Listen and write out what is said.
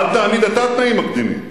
אל תעמיד אתה תנאים מקדימים.